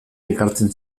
ekartzen